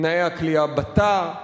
תנאי הכליאה בתא,